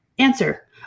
answer